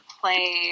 play